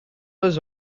was